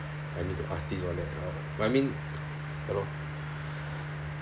I need to ask these all that I mean ya lor